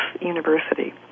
University